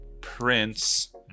prince